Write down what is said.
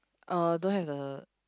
uh don't have the